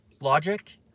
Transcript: logic